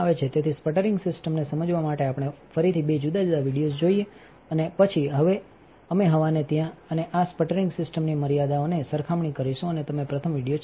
તેથીસ્પટરિંગ સિસ્ટમનેસમજવા માટે આપણે ફરીથી બે જુદા જુદા વિડિઓઝ જોઈએઅને પછી અમે હવાને ત્યાં અને આ સ્પટરિંગ સિસ્ટમની મર્યાદાઓની સરખામણી કરીશું અને તમે પ્રથમ વિડિઓ ચલાવો